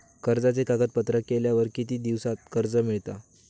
कर्जाचे कागदपत्र केल्यावर किती दिवसात कर्ज मिळता?